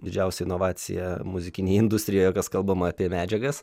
didžiausia inovacija muzikinėj industrijoj kas kalbama apie medžiagas